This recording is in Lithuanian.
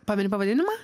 pameni pavadinimą